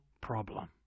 problem